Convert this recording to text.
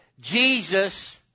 Jesus